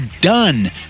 done